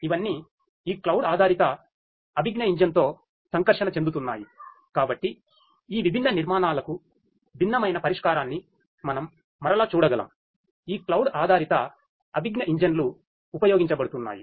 ఇవన్నీ ఈ క్లౌడ్ ఆధారిత అభిజ్ఞా ఇంజన్లు ఉపయోగించబడుతున్నాయి